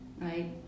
right